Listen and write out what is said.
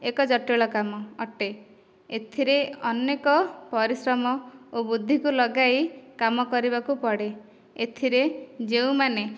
ଜଟିଳ କାମ ଅଟେ ଏଥିରେ ଅନେକ ପରିଶ୍ରମ ଓ ବୁଦ୍ଧିକୁ ଲଗାଇ କାମ କରିବାକୁ ପଡେ ଏଥିରେ ଯେଉଁମାନେ